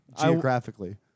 Geographically